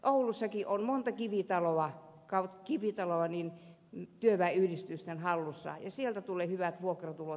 oulussakin on monta kivitaloa työväenyhdistysten hallussa ja sieltä tulee hyvät vuokratulot